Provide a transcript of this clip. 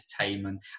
entertainment